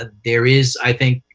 ah there is, i think,